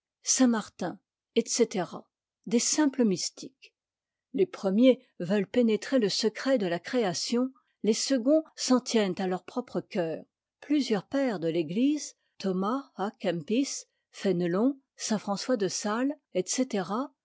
saint-martin etc des simples mystiques les premiers veulent pénétrer le secret de la création les seconds s'en tiennent à leur propre cœur plusieurs pères de ég ise thomas a kempis fénélon saint françois de sales etc